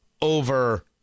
over